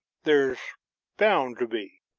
there's bound to be,